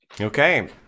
okay